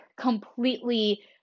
completely